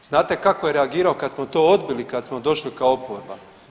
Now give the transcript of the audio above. Znate kako je reagirao kad smo to odbili, kad smo došli kao oporba?